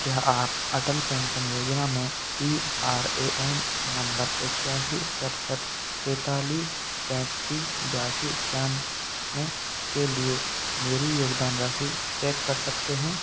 क्या आप अटल पेंसन योजना में P R A N number इक्यासी सड़सठ तैंतालीस पैंतीस बयासी इक्यानवे के लिए मेरी योगदान राशि चेक कर सकते हैं